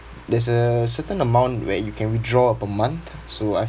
there's a certain amount where you can withdraw a month so I